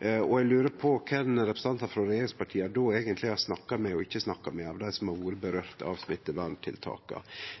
Eg lurer på kven av dei som smitteverntiltaka har hatt følgjer for, som representantar frå regjeringspartia eigentleg har snakka med og ikkje snakka med.